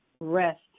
rest